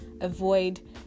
avoid